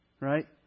right